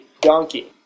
donkey